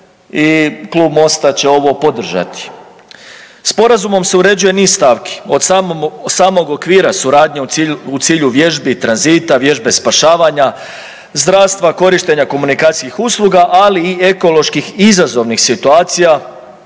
klub Mosta će ovo podržati. Sporazumom se uređuje niz stavki od samog okvira suradnje u cilju vježbi tranzita, vježbe spašavanja, zdravstva, korištenja komunikacijskih usluga, ali i ekoloških izazovnih situacija